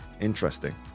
Interesting